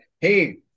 hey